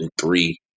three